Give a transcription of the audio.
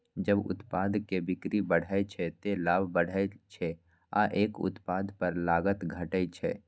जब उत्पाद के बिक्री बढ़ै छै, ते लाभ बढ़ै छै आ एक उत्पाद पर लागत घटै छै